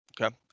Okay